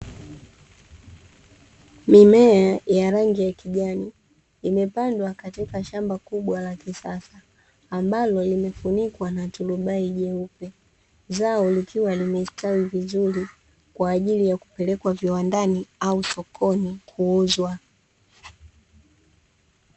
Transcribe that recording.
Mimea ya rangi kijani imepandwa katika shamba kubwa la kisasa ambalo limefunikwa na turubai jeupe, zao likiwa limestawi vizuri kwaajili ya kupelekwa viwandani au sokoni kuuzwa .